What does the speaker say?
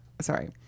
Sorry